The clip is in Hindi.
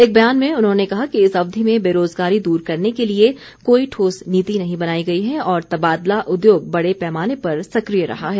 एक बयान में उन्होंने कहा कि इस अवधि में बेरोज़गारी दूर करने के लिए कोई ठोस नीति नहीं बनाई गई है और तबादला उद्योग बड़े पैमाने पर सक्रिय रहा है